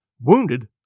Wounded